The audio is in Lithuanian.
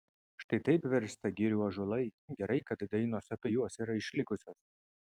štai taip virsta girių ąžuolai gerai kad dainos apie juos yra išlikusios